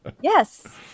Yes